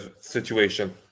situation